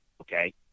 okay